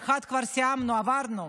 את 1 כבר סיימנו, עברנו.